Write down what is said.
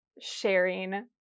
sharing